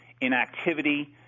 Inactivity